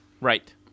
right